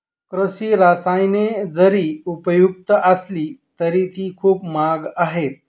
कृषी रसायने जरी उपयुक्त असली तरी ती खूप महाग आहेत